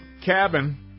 cabin